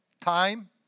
time